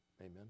Amen